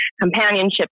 companionship